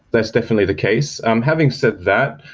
that's definitely the case. um having said that,